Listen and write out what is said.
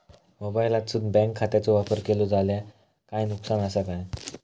मोबाईलातसून बँक खात्याचो वापर केलो जाल्या काय नुकसान असा काय?